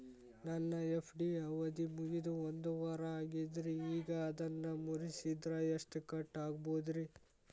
ನನ್ನ ಎಫ್.ಡಿ ಅವಧಿ ಮುಗಿದು ಒಂದವಾರ ಆಗೇದ್ರಿ ಈಗ ಅದನ್ನ ಮುರಿಸಿದ್ರ ಎಷ್ಟ ಕಟ್ ಆಗ್ಬೋದ್ರಿ?